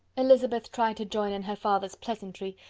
elizabeth tried to join in her father's pleasantry,